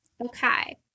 Okay